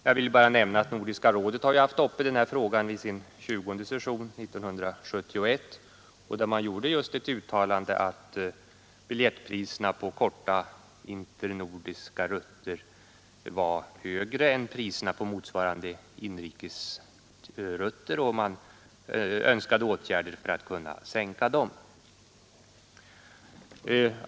Jag vill bara nämna att Nordiska rådet har haft den här frågan uppe vid sin 20:e session 1971, där man just uttalade att biljettpriserna på korta internordiska rutter var högre än priserna på motsvarande inrikesrutter och önskade åtgärder för att kunna sänka dem.